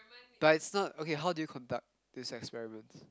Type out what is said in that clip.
but it's not okay how do you conduct these experiments